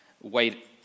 wait